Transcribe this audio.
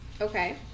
Okay